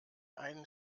einen